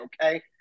okay